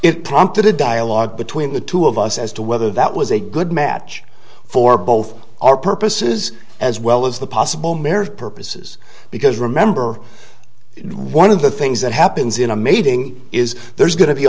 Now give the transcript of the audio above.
it prompted a dialogue between the two of us as to whether that was a good match for both our purposes as well as the possible merit purposes because remember one of the things that happens in a meeting is there's go